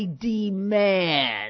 demand